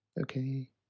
Okay